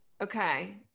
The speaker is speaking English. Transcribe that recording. okay